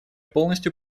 полностью